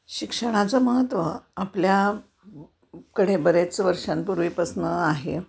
शिक्षणाचं महत्त्व आपल्या कडे बरेच वर्षांपूर्वीपासनं आहे